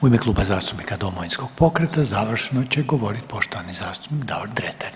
U ime Kluba zastupnika Domovinskog pokreta završno će govoriti poštovani zastupnika Davor Dretar.